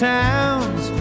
towns